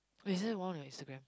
wait is there more on your Instagram